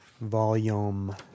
volume